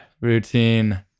routine